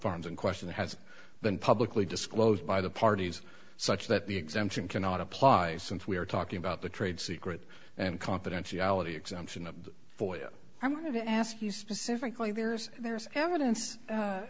farms in question has been publicly disclosed by the parties such that the exemption cannot apply since we are talking about the trade secret and confidentiality exemption of oil i want to ask you specifically there's there's evidence